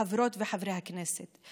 חברות וחברי הכנסת,